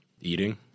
Eating